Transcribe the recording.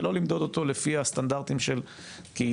ולא למדוד אותו לפי הסטנדרטים של קהילה,